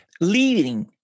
leading